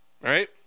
right